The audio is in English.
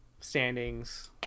standings